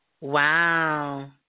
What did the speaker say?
Wow